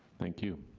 thank you.